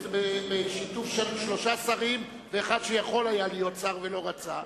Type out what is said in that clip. בשיתוף של שלושה שרים ואחד שיכול היה להיות שר ולא רצה.